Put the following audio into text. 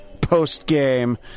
post-game